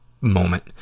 moment